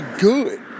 good